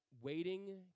waiting